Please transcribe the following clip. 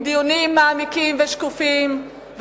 עם דיונים מעמיקים ושקופים,